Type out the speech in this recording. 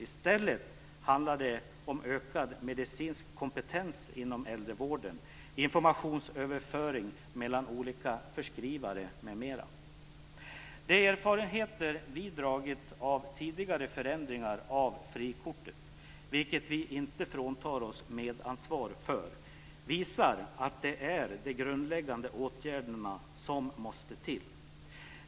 I stället handlar det om ökad medicinsk kompetens inom äldrevården, informationsöverföring mellan olika förskrivare m.m. De erfarenheter vi dragit av tidigare förändringar av frikortet, vilket vi inte fråntar oss medansvar för, visar att det är de grundläggande åtgärderna som måste till.